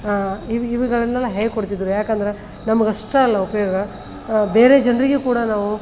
ಇವು ಇವುಗಳನ್ನೆಲ್ಲ ಹೇಳ್ಕೊಡ್ತಿದ್ದರು ಯಾಕಂದ್ರೆ ನಮ್ಗೆ ಅಷ್ಟೇ ಅಲ್ಲ ಉಪಯೋಗ ಬೇರೆ ಜನ್ರಿಗೆ ಕೂಡ ನಾವು